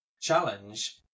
challenge